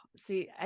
see